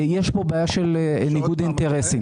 יש פה בעיה של ניגוד אינטרסים.